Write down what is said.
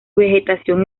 vegetación